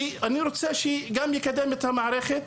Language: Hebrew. ואני רוצה שהוא גם יקדם את המערכת.